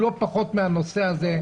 לא פחות מן הנושא הזה,